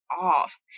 off